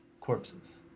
corpses